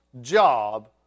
job